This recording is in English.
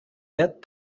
that